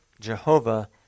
Jehovah